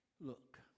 Look